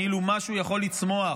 כאילו משהו יכול לצמוח